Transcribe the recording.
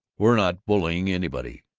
we're not bullying anybody,